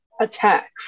attack